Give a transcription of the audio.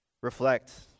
reflect